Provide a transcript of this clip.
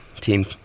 team